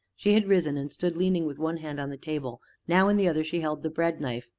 she had risen, and stood leaning with one hand on the table now in the other she held the breadknife,